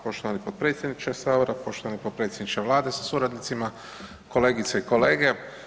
poštovani potpredsjedniče Sabora, poštovani potpredsjedniče Vlade sa suradnicima, kolegice i kolege.